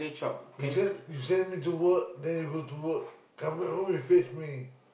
you send you send me to work then you go to work come back home you fetch me